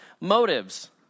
motives